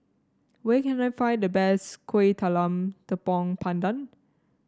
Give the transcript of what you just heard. where can I find the best Kuih Talam Tepong Pandan